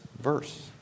verse